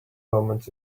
moment